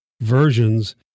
versions